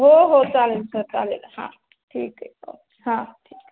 हो हो चालेल सर चालेल हां ठीक आहे ओके हां ठीक आहे